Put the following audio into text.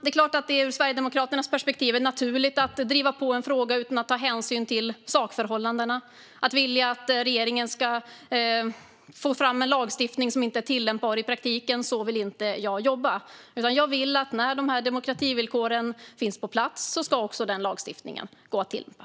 Det är klart att det ur Sverigedemokraternas perspektiv är naturligt att driva på i en fråga utan att ta hänsyn till sakförhållandena och vilja att regeringen ska ta fram en lagstiftning som inte är tillämpbar i praktiken. Så vill inte jag jobba, utan när demokrativillkoren finns på plats ska lagstiftningen gå att tillämpa.